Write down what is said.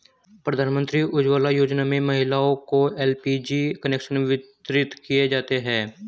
प्रधानमंत्री उज्ज्वला योजना में महिलाओं को एल.पी.जी कनेक्शन वितरित किये जाते है